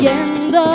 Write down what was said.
end